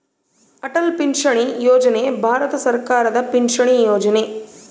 ಅಟಲ್ ಪಿಂಚಣಿ ಯೋಜನೆ ಭಾರತ ಸರ್ಕಾರದ ಪಿಂಚಣಿ ಯೊಜನೆ